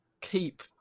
keep